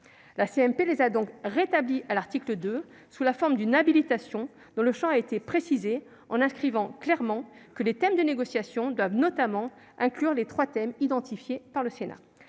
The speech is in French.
La CMP les a donc rétablies à l'article 2 sous la forme d'une habilitation, dont le champ a été précisé : il est clairement inscrit que les thèmes de négociation doivent notamment inclure les trois thèmes identifiés par le Sénat.